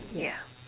ya